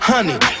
Honey